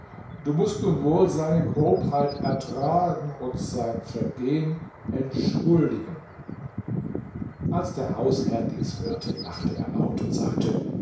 du mußt nun wohl seine grobheit ertragen und sein vergehen entschuldigen als der hausherr dies hörte lachte er laut und sagte